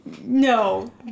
No